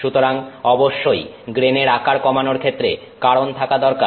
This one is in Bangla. সুতরাং অবশ্যই গ্রেনের আকার কমানোর ক্ষেত্রে কারণ থাকা দরকার